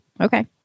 Okay